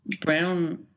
brown